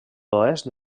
oest